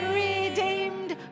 redeemed